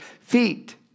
feet